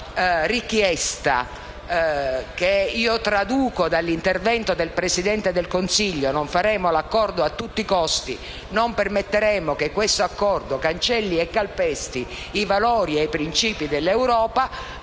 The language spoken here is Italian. Questa richiesta che io traduco, dall'intervento del Presidente del Consiglio, nel senso che non faremo l'accordo a tutti i costi e non permetteremo che questo accordo cancelli e calpesti i valori e i principi dell'Europa,